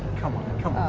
come on, come